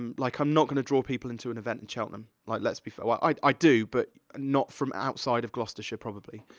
um like, i'm not gonna draw people into an event in cheltenham. like, let's be fair, well i, i do, but not from outside of gloucestershire, probably.